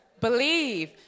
believe